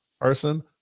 person